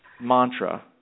mantra